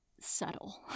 Subtle